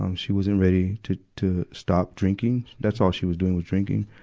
um she wasn't ready to, to stop drinking. that's all she was doing, was drinking.